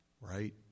Right